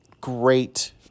great